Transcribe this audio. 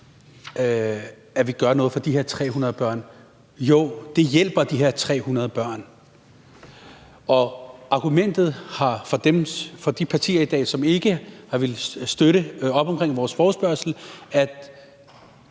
at vi gør noget for de her 300 børn – jo, det hjælper de her 300 børn. Og argumentet for de partier, som i dag ikke har villet støtte op omkring vores forespørgsel, har